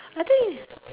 I think is